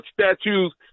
statues